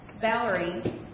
Valerie